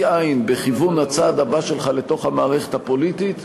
עין בכיוון הצעד הבא שלך לתוך המערכת הפוליטית,